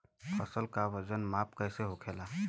फसल का वजन माप कैसे होखेला?